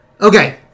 Okay